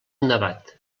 nevat